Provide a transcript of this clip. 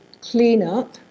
cleanup